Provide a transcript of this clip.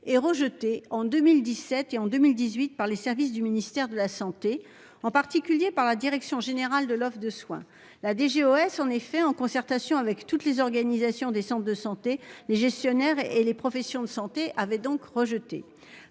et rejeté en 2017 et en 2018 par les services du ministère de la Santé en particulier par la direction générale de l'offre de soins la DGOS. En effet, en concertation avec toutes les organisations des Centres de santé les gestionnaires et les professions de santé avait donc rejeté.